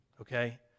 okay